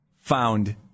found